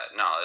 no